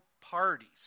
parties